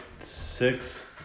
six